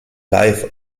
live